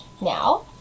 Now